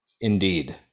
Indeed